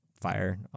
fire